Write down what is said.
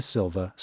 Silva